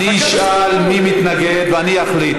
אני אשאל מי מתנגד ואני אחליט.